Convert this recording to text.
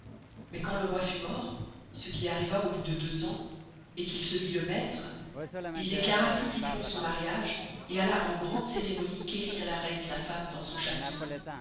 mais quand le roy fut mort ce qui arriva au bout de deux ans et qu'il se vit le maistre il declara publiquement son mariage et alla en grande ceremonie querir la reine sa femme dans son chasteau